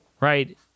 Right